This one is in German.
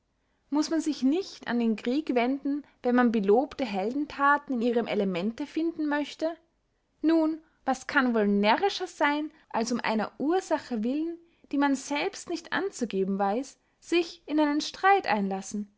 muß man sich nicht an den krieg wenden wenn man belobte heldenthaten in ihrem elemente finden möchte nun was kann wohl närrischer seyn als um einer ursache willen die man selbst nicht anzugeben weiß sich in einen streit einlassen